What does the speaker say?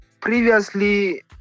Previously